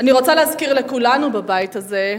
אני רוצה להזכיר לכולנו בבית הזה,